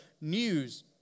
news